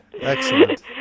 excellent